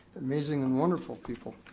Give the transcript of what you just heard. amazing and wonderful people.